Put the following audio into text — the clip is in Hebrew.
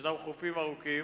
יש חופים ארוכים